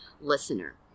listener